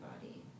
body